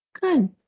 Good